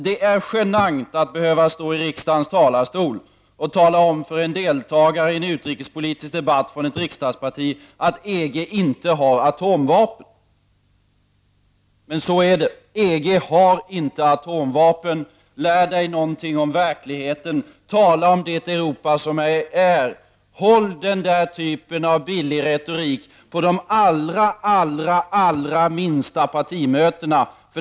Det är genant att behöva från riksdagens talarstol påpeka för en ledamot från ett riksdagsparti i en utrikespolitisk debatt att EG inte har atomvapen, men så är det. EG har inte atomvapen. Jag vill be Per Gahrton att lära sig något om verkligheten. Tala om det Europa som är! Håll den där typen av billig retorik till de allra minsta partimötena!